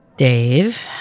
Dave